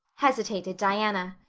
hesitated diana.